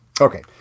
Okay